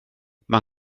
mae